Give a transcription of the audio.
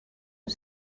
was